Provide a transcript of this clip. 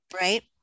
Right